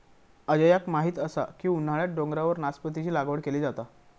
अजयाक माहीत असा की उन्हाळ्यात डोंगरावर नासपतीची लागवड केली जाता